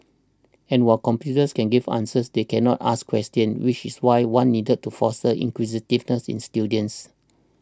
and while computers can give answers they cannot ask questions which is why one needed to foster inquisitiveness in students